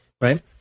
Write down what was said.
right